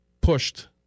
pushed